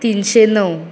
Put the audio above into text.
तिनशे णव